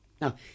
Now